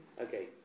Okay